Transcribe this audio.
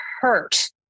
hurt